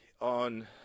on